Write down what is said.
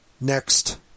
Next